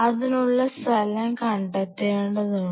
അതിനുള്ള സ്ഥലം കണ്ടെത്തേണ്ടതുണ്ട്